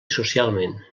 socialment